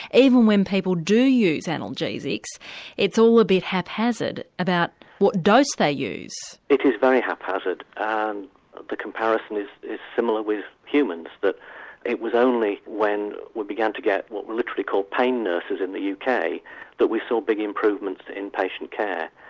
even when people do use analgesics it's all a bit haphazard about what dose they use? it is very haphazard and the comparison is similar with humans, that it was only when we began to get what we literally call pain nurses in the yeah uk that we saw big improvements in patient care.